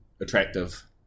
attractive